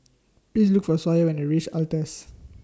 Please Look For Sawyer when YOU REACH Altez